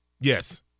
Yes